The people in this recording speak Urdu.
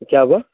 کیا ہوگیا